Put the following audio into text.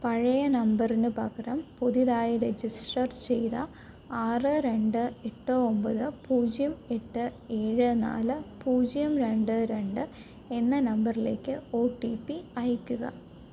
പഴയ നമ്പറിന് പകരം പുതിയതായി രജിസ്റ്റർ ചെയ്ത ആറ് രണ്ട് എട്ട് ഒമ്പത് പൂജ്യം എട്ട് ഏഴ് നാല് പൂജ്യം രണ്ട് രണ്ട് എന്ന നമ്പറിലേക്ക് ഒ ടി പി അയയ്ക്കുക